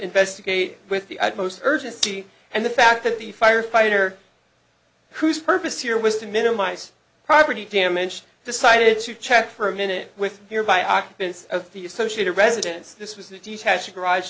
investigate with the utmost urgency and the fact that the firefighter whose purpose here was to minimize property damage decided to check for a minute with nearby occupants of the associated residence this was the detached garage